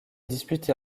disputée